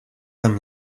them